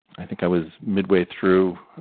i think i was midway through